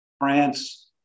France